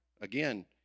again